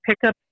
pickup